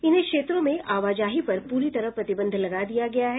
इन क्षेत्रों में आवाजाही पर पूरी तरह प्रतिबंध लगा दिया गया है